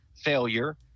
failure